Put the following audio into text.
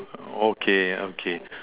okay okay